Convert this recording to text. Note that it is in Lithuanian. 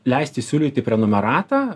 leisti siūlyti prenumeratą